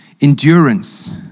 endurance